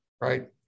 right